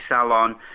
salon